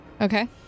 Okay